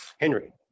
Henry